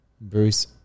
Bruce